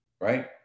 right